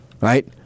Right